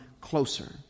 closer